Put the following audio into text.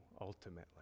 ultimately